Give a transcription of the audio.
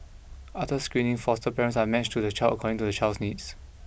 after screening foster parents are matched to the child according to the child's needs